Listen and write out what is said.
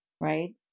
Right